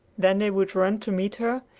then they would run to meet her,